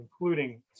including